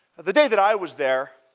the day that i was there